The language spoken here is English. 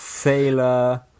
Sailor